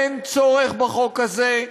אין צורך בחוק הזה,